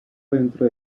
dentro